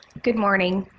good morning.